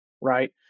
right